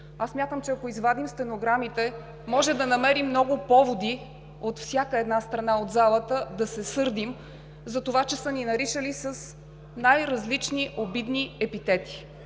Аз смятам, че ако извадим стенограмите, може да намерим много поводи от всяка една страна от залата да се сърдим, затова че са ни наричали с най-различни обидни епитети.